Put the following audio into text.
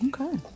Okay